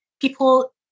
people